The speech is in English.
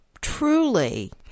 truly